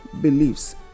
beliefs